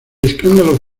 escándalo